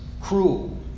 cruel